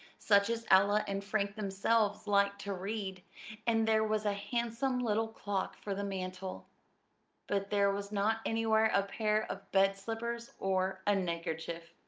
such as ella and frank themselves liked to read and there was a handsome little clock for the mantel but there was not anywhere a pair of bed-slippers or a neckerchief.